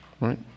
right